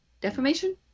Defamation